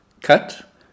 cut